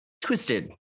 twisted